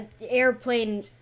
airplane